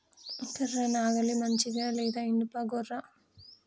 కర్ర నాగలి మంచిదా లేదా? ఇనుప గొర్ర?